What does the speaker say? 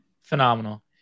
Phenomenal